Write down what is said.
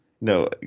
no